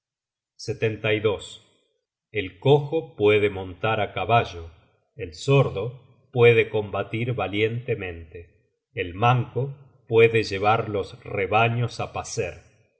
estaba la muerte el cojo puede montar á caballo el sordo puede combatir valientemente el manco puede llevar los rebaños á pacer